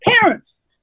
parents